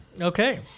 Okay